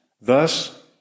thus